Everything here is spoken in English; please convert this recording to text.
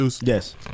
Yes